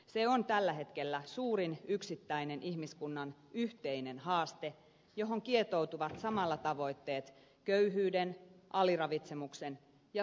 se on tällä hetkellä suurin yksittäinen ihmiskunnan yhteinen haaste johon kietoutuvat samalla tavoitteet köyhyyden aliravitsemuksen ja sotien vähentämisestä